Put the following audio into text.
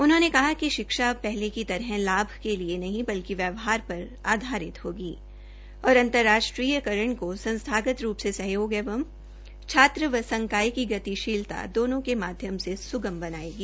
उन्होंने कहा कि शिक्षा अब पहले की तरह लाभ के लिए नहीं बल्कि व्यवहार पर आधारित होगी और अंतर्राष्ट्रीयकरण को संस्थागत रूप से सहयोग एवं छात्र व संकाय की गतिशीलता दोनों के माध्यम से सुगम बनायेगी